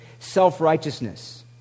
Self-righteousness